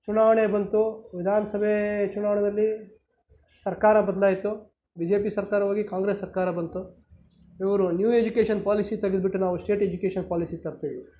ಚುನಾವಣೆ ಬಂತು ವಿಧಾನ ಸಭೆ ಚುನಾವಣೆಯಲ್ಲಿ ಸರ್ಕಾರ ಬದಲಾಯ್ತು ಬಿ ಜೆ ಪಿ ಸರ್ಕಾರ ಹೋಗಿ ಕಾಂಗ್ರೆಸ್ ಸರ್ಕಾರ ಬಂತು ಇವರು ನ್ಯೂ ಎಜುಕೇಷನ್ ಪಾಲಿಸಿ ತೆಗೆದ್ಬಿಟ್ಟು ನಾವು ಸ್ಟೇಟ್ ಎಜುಕೇಷನ್ ಪಾಲಿಸಿ ತರ್ತೇವೆ